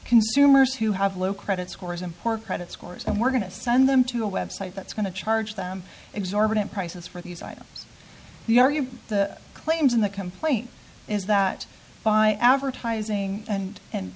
consumers who have low credit scores import credit scores and we're going to send them to a web site that's going to charge them exorbitant prices for these items the argue the claims in the complaint is that by advertising and and